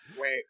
wait